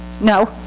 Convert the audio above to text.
No